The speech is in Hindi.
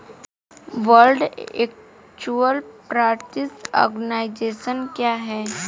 वर्ल्ड इंटेलेक्चुअल प्रॉपर्टी आर्गनाइजेशन क्या है?